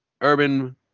Urban